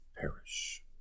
perish